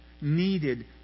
needed